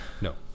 No